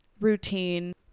routine